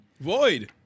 Void